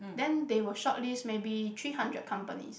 then they will shortlist maybe three hundred companies